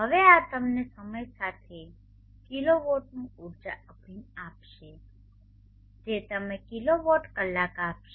હવે આ તમને સમય સાથે કિલોવોટનું ઊર્જા અભિન્ન આપશે જે તમને કિલોવોટ કલાક આપશે